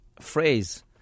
phrase